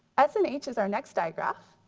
s and h is our next diagraph.